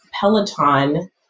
Peloton